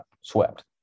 swept